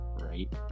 Right